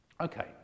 okay